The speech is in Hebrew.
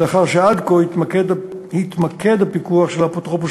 לאחר שעד כה התמקד הפיקוח של האפוטרופוס